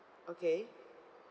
okay